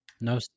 No